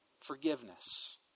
Forgiveness